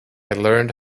learned